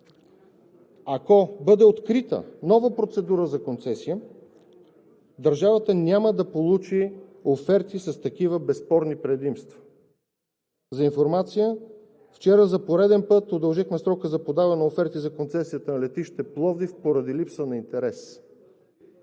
Ако бъде открита нова процедура за концесия, държавата няма да получи оферти с такива безспорни предимства. За информация – вчера за пореден път удължихме срока за подаване на оферти за концесията на летище Пловдив поради липса на интерес.